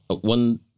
One